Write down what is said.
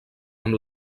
amb